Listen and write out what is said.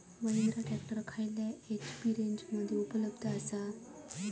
Mahindra tractor खयल्या HP रेंजमध्ये उपलब्ध आसा?